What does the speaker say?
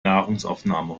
nahrungsaufnahme